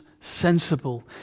sensible